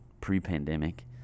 pre-pandemic